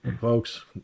folks